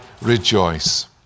rejoice